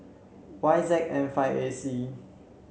Y Z N five A C